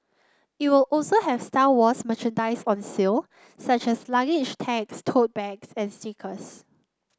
it will also have Star Wars merchandise on sale such as luggage tags tote bags and stickers